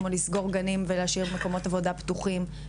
כמו לסגור גנים ולהשאיר מקומות עבודה פתוחים.